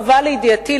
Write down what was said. הובא לידיעתי,